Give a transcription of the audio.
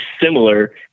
similar